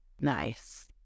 Nice